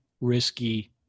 risky